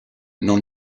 none